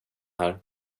här